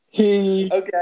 Okay